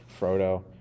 Frodo